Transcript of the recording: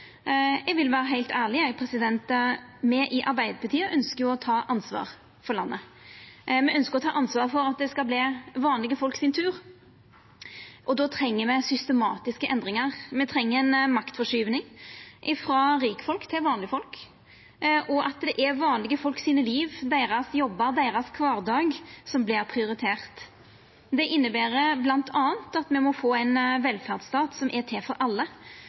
Eg vil vera heilt ærleg: Me i Arbeidarpartiet ønskjer å ta ansvar for landet. Me ønskjer å ta ansvar for at det skal verta vanlege folk sin tur. Då treng me systematiske endringar. Me treng ei maktforskyving frå rikfolk til vanlege folk, og at det er vanlege folk sitt liv, deira jobbar og deira kvardag, som vert prioritert. Det inneber bl.a. at me må få ein velferdsstat som er til for alle,